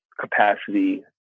capacity